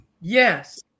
Yes